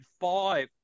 five